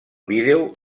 vídeo